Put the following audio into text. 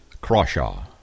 Crawshaw